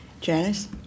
Janice